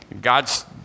God's